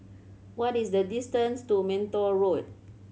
what is the distance to Minto Road